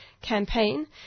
campaign